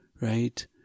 right